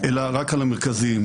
אלא רק על המרכזיים.